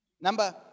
Number